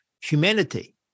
humanity